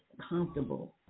comfortable